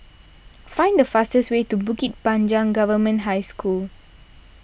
find the fastest way to Bukit Panjang Government High School